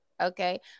Okay